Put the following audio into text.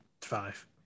five